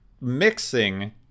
mixing